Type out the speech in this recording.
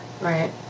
right